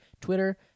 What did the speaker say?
Twitter